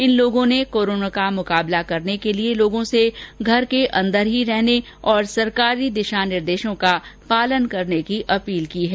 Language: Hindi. इन लोगों ने कोरोना का मुकाबला करने के लिए लोगों से घर के अंदर ही रहने और सरकारी दिशा निर्देशों का पालन करने की अपील की है